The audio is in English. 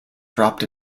dropped